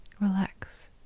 Relax